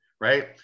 right